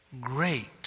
Great